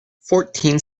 fourteen